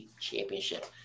Championship